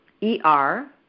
E-R